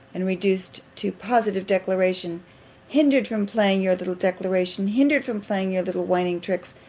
and reduced to positive declarations hindered from playing your little declarations hindered from playing your little whining tricks!